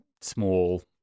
small